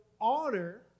honor